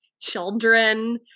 children